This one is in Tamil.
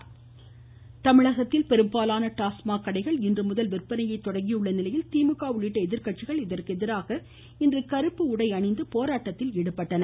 டாஸ்மாக் தமிழகத்தில் பெரும்பாலான டாஸ்மாக் கடைகள் இன்றுமுதல் விந்பனையை தொடங்கியுள்ள நிலையில் திமுக உள்ளிட்ட எதிர்கட்சிகள் இதற்கு எதிராக இன்று கருப்பு உடை அணிந்து போராட்டத்தில் ஈடுபட்டன